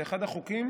זה אחד החוקים,